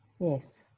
Yes